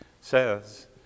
says